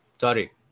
Sorry